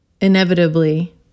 inevitably